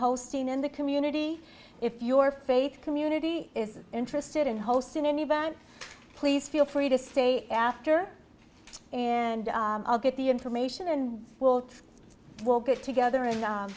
hosting in the community if your faith community is interested in hosting an event please feel free to say after and i'll get the information and will will get together and